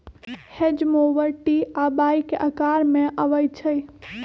hedge mower T आ Y के अकार में अबई छई